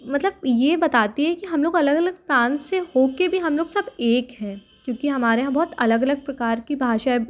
मतलब ये बताती है कि हम लोग अलग अलग प्रांत से हो के भी हम लोग सब एक है क्योंकि हमारे यहाँ बहुत अलग अलग प्रकार की भाषाएं